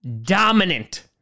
dominant